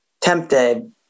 tempted